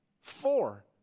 Four